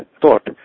thought